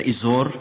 באזור,